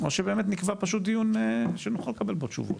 או שנקבע דיון שנוכל לקבל בו תשובות.